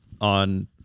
on